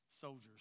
soldiers